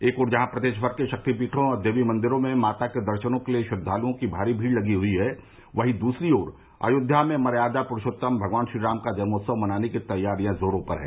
एक ओर जहां प्रदेश भर के शक्तिपीठों और देवीमंदिरों में माता के दर्शनों के लिए श्रद्वालुओं की भारी भीड़ लगी हुई है वहीं दूसरी ओर अयोध्या में मर्यादा पुरूषोत्तम भगवान श्रीराम का जन्मोत्सव मनाने की तैयारियां जोरो पर है